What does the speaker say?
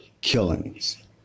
killings